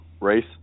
race